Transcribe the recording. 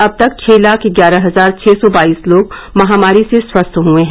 अब तक छ लाख ग्यारह हजार छः सौ बाइस लोग महामारी से स्वस्थ हुए हैं